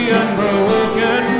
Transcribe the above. unbroken